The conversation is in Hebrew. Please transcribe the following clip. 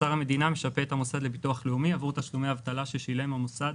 אוצר המדינה משפה את המוסד לביטוח לאומי עבור תשלומי אבטלה ששילם המוסד